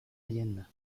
leyenda